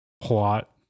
plot